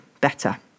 better